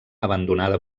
abandonada